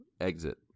exit